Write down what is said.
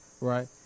right